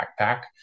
backpack